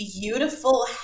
beautiful